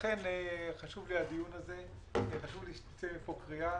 לכן חשוב לי הדיון הזה וחשוב לי שתצא מפה קריאה